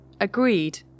agreed